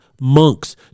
monks